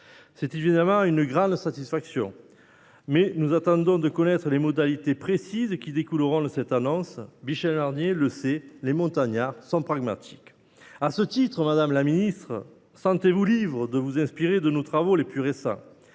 s’agit évidemment d’une grande satisfaction, mais nous attendons de connaître les modalités précises d’application de cette annonce. Michel Barnier le sait, les montagnards sont pragmatiques. À ce titre, madame la ministre, sentez vous libre de vous inspirer de nos plus récents